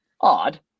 odd